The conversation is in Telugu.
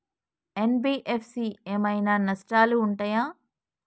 ఎన్.బి.ఎఫ్.సి ఏమైనా నష్టాలు ఉంటయా?